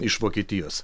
iš vokietijos